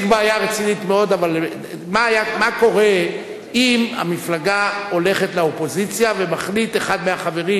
רצינית מאוד: מה קורה אם המפלגה הולכת לאופוזיציה ומחליט אחד מהחברים,